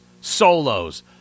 solos